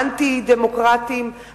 האנטי-דמוקרטיים,